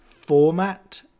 format